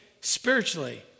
spiritually